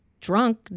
drunk